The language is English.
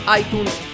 iTunes